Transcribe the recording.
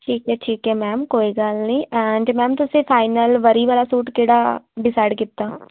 ਠੀਕ ਹੈ ਠੀਕ ਹੈ ਮੈਮ ਕੋਈ ਗੱਲ ਨਹੀਂ ਐਂਡ ਮੈਮ ਤੁਸੀਂ ਫਾਈਨਲ ਵਰੀ ਵਾਲਾ ਸੂਟ ਕਿਹੜਾ ਡਿਸਾਇਡ ਕੀਤਾ